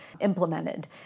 implemented